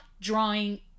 drawing